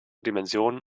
dimension